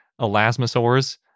elasmosaurs